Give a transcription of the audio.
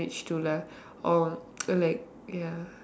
managed to lah or like ya